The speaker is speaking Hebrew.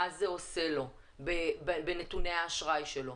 מה זה עושה לנתוני האשראי שלו.